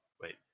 Wait